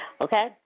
Okay